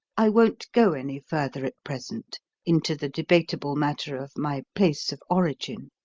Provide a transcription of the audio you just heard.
i won't go any further at present into the debatable matter of my place of origin.